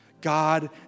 God